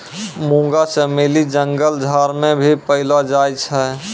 मुंगा चमेली जंगल झाड़ मे भी पैलो जाय छै